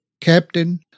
captain